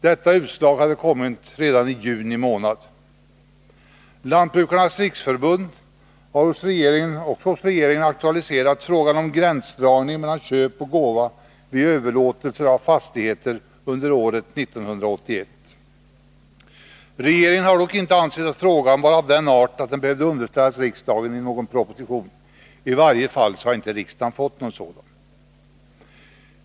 Detta utslag hade kommit redan i juni månad. Lantbrukarnas riksförbund har också hos regeringen aktualiserat frågan om gränsdragningen mellan köp och gåva vid överlåtelser av fastigheter under året 1981. Regeringen har dock inte ansett att frågan var av den arten att den behövde underställas riksdagen i någon proposition. I varje fall har riksdagen inte fått någon sådan.